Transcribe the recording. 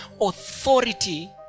authority